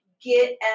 get